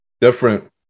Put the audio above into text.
different